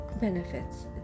benefits